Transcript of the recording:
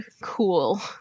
Cool